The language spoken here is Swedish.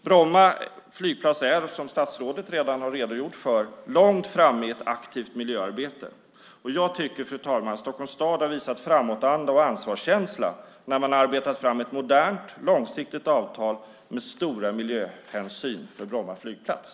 Bromma flygplats ligger, vilket statsrådet redogjort för, långt framme i ett aktivt miljöarbete, och jag tycker att Stockholms stad visat framåtanda och ansvarskänsla när man arbetat fram ett modernt långsiktigt avtal, med stora miljöhänsyn, för Bromma flygplats.